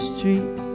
Street